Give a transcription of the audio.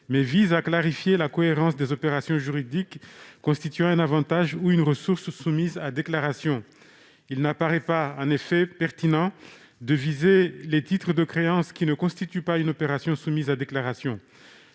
mais à clarifier la cohérence des opérations juridiques constituant un avantage ou une ressource soumise à déclaration. En effet, il n'apparaît pas pertinent de viser les titres de créance qui ne constituent pas une opération soumise à déclaration.